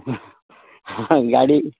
हांव गाडी